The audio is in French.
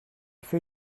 fais